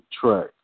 track